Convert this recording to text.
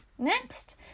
Next